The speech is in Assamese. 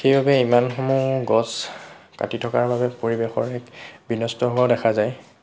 সেইবাবে ইমানসমূহ গছ কাটি থকাৰ বাবে পৰিৱেশ বিনষ্ট হোৱা দেখা যায়